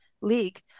League